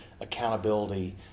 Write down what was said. accountability